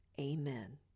Amen